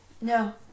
no